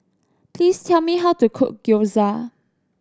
please tell me how to cook Gyoza